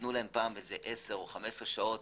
נתנו להם 10 או 15 שעות